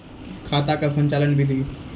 खाता का संचालन बिधि?